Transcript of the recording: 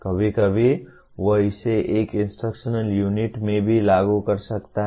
कभी कभी वह इसे एक इंस्ट्रक्शनल यूनिट में भी लागू कर सकता है